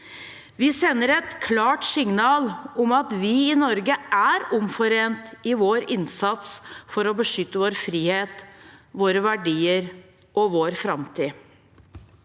Vi sender et klart signal om at vi i Norge er omforent i vår innsats for å beskytte vår frihet, våre verdier og vår framtid.